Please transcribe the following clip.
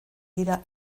dira